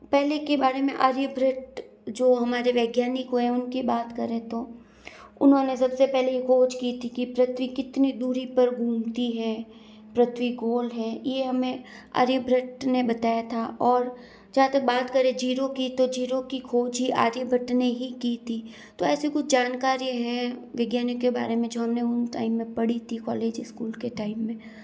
पहले के बारे में आर्यभट्ट जो हमारे वैज्ञानिक हुए हैं उनकी बात करें तो उन्होंने सब से पहले ये खोज की थी कि पृथ्वी कितनी दूरी पर घूमती है पृथ्वी गोल है ये हमें आर्यभट्ट ने बताया था और जहाँ तक बात करें जीरो की तो जीरो की खोज ही आर्यभट्ट ने ही की थी तो ऐसे कुछ जानकारी हैं विज्ञानियों के बारे में जो हम ने उन टाइम में पढ़ी थी कॉलेज इस्कूल के टाइम में